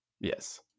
Yes